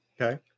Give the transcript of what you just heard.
Okay